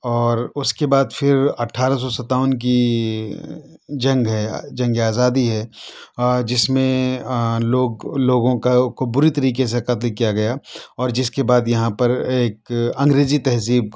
اور اُس کے بعد پھر اٹھارہ سو ستاون کی جنگ ہے جنگ آزادی ہے جس میں لوگ لوگوں کو بری طریقے سے قتل کیا گیا اور جس کے بعد یہاں پر ایک انگریزی تہذیب